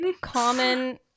common